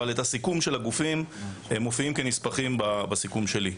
אבל הסיכום של הגופים מופיע כנספח בסיכום שלי.